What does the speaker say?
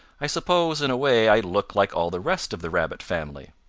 i suppose in a way i look like all the rest of the rabbit family.